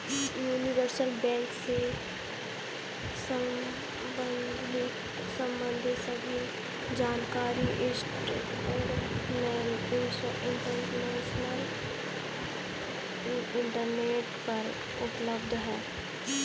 universal bank से सम्बंधित सभी जानकारी इंटरनेट पर उपलब्ध है